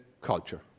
culture